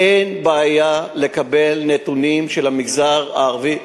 אין בעיה לקבל נתונים של המגזר הערבי.